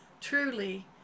Truly